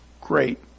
great